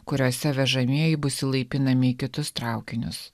kuriose vežamieji bus įlaipinami į kitus traukinius